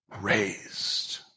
raised